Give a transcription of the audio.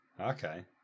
Okay